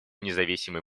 независимой